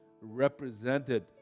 represented